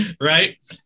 Right